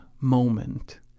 moment